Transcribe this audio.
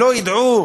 שלא ידעו